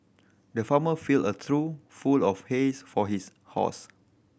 the farmer filled a trough full of hay for his horse